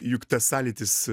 juk tas sąlytis